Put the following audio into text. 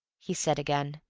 he said again,